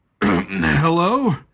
Hello